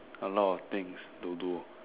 a lot things to do